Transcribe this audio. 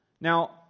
Now